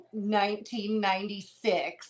1996